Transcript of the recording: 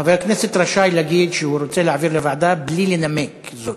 חבר כנסת רשאי להגיד שהוא רוצה להעביר לוועדה בלי לנמק זאת.